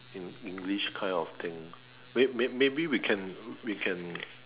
in English kind of thing may may maybe we can we can